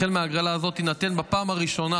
החל מהגרלה הזאת תינתן בפעם הראשונה